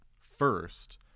first